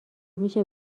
میشه